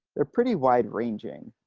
they're pretty wide ranging.